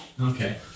Okay